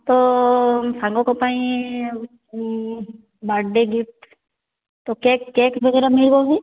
ତ ସାଙ୍ଗଙ୍କ ପାଇଁ ବାର୍ଥଡ଼େ ଗିଫ୍ଟ୍ ତ କେକ୍ କେକ୍ ବଗେରା ମିଳିବ ଭାଇ